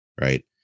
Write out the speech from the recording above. Right